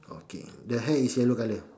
okay the hair is yellow colour